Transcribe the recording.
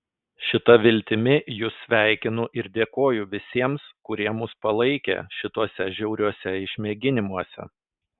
šita viltimi jus sveikinu ir dėkoju visiems kurie mus palaikė šituose žiauriuose išmėginimuose